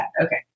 Okay